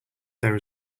there